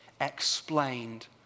explained